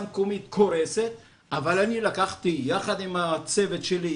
מקומית קורסת אבל אני לקחתי יחד עם הצוות שלי,